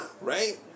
right